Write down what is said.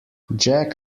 jack